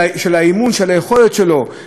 היכולת שלו להיות בעיר,